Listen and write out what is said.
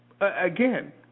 again